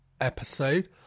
episode